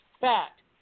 Fact